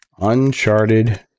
Uncharted